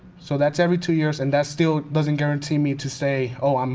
so that's every two years, and that still doesn't guarantee me to say, oh, um